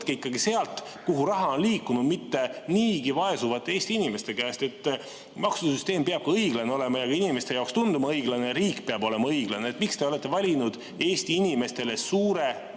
võtke ikkagi sealt, kuhu raha on liikunud, mitte niigi vaesuvate Eesti inimeste käest. Maksusüsteem peab olema õiglane ja see peab inimestele ka tunduma õiglane. Ja riik peab olema õiglane. Miks te olete valinud Eesti inimestele suure